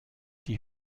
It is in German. die